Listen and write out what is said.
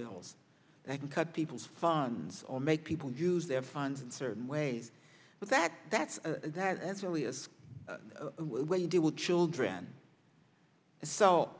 bills that can cut people's funds or make people use their funds in certain ways but that that's that's really is where you deal with children so